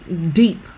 deep